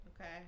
okay